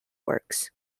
works